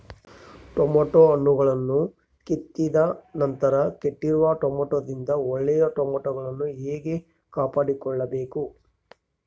Tomato ಹಣ್ಣುಗಳನ್ನು ಕಿತ್ತಿದ ನಂತರ ಕೆಟ್ಟಿರುವ ಟೊಮೆಟೊದಿಂದ ಒಳ್ಳೆಯ ಟೊಮೆಟೊಗಳನ್ನು ಹೇಗೆ ಕಾಪಾಡಿಕೊಳ್ಳಬೇಕು?